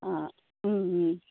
आं